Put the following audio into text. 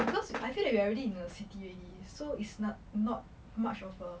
because I feel that we are already in a city already so it's not not much of a